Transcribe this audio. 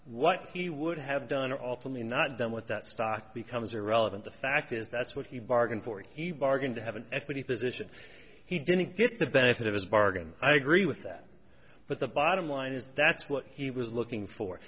what he would have done or alternately not done with that stock becomes irrelevant the fact is that's what he bargained for he barked to have an equity position he didn't get the benefit of his bargain i agree with that but the bottom line is that's what he was looking for